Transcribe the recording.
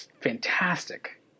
fantastic